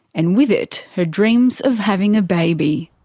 and with it her dreams of having a baby.